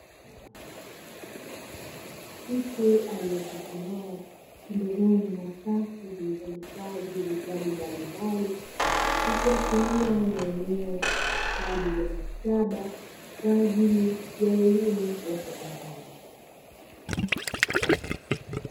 Mtu aliechuchumaa pembezoni mwa safu zilizohifadhi vitabu mbalimbali ikiashiria ni eneo kwa ajili ya maktaba kwa ajili ya elimu ya sekondari.